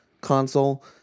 console